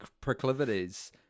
proclivities